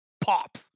pop